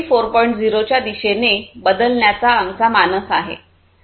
0 च्या दिशेने बदलण्याचा आमचा मानस आहे